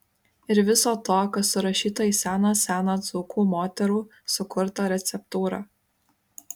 ir viso to kas surašyta į seną seną dzūkų moterų sukurtą receptūrą